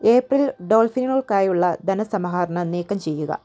April ഡോൾഫിനുകൾക്കായുള്ള ധന സമാഹരണം നീക്കം ചെയ്യുക